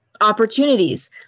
opportunities